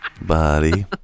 Body